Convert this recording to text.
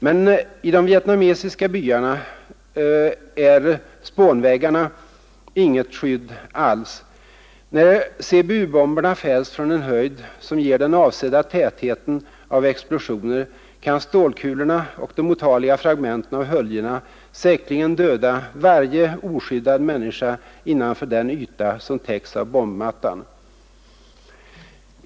Men i de vietnamesiska byarna är spånväggarna inget skydd alls. När CBU-bomberna fälls från en höjd som ger den avsedda tätheten av explosioner kan stålkulorna och de otaliga fragmenten av höljena säkerligen döda varje oskyddad människa innanför den yta som täcks av bombmattan.